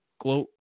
gloat